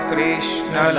Krishna